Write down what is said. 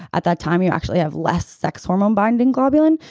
at that time, you actually have less sex hormone-binding globulin,